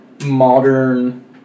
modern